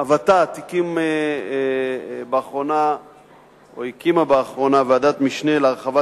הות"ת הקימה באחרונה ועדת משנה להרחבת